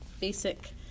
basic